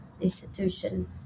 institution